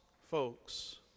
folks